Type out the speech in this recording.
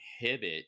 inhibit